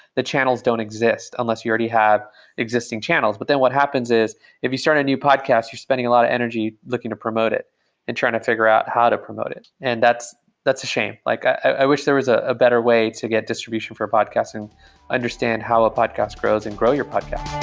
the channels don't exist, unless you already have existing channels. but then what happens is if you start a new podcast, you're spending a lot of energy looking to promote it and trying to figure out how to promote it, and that's that's a shame. like i wish there was a a better way to get distribution for podcasting and understand how a podcast grows and grow your podcast.